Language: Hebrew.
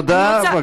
תודה.